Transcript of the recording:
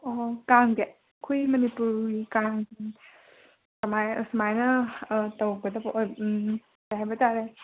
ꯑꯣꯍꯣ ꯀꯥꯡꯁꯦ ꯑꯩꯈꯣꯏ ꯃꯅꯤꯄꯨꯔꯤ ꯀꯥꯡ ꯀꯃꯥꯏꯅ ꯁꯨꯃꯥꯏꯅ ꯑꯥ ꯇꯧꯒꯗꯕ ꯎꯝ ꯀꯔꯤ ꯍꯥꯏꯕ ꯇꯔꯦ